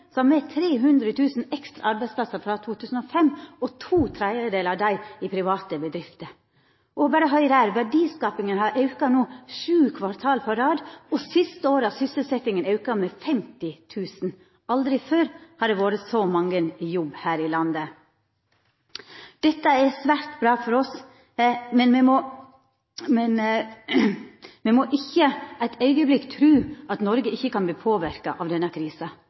me 300 000 ekstra arbeidsplassar sidan 2005. To tredelar av dei er i private bedrifter. Berre høyr her: Verdiskapinga har no auka sju kvartal på rad, og siste året har sysselsetjinga auka med 50 000. Aldri før har det vore så mange i jobb her i landet. Dette er svært bra for oss, men me må ikkje ein augneblink tru at Noreg ikkje kan verta påverka av denne